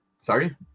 Sorry